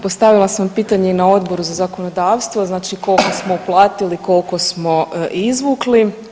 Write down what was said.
Postavila sam pitanje i na Odboru za zakonodavstvo, znači koliko smo uplatili, koliko smo izvukli.